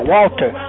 Walter